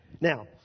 Now